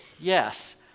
Yes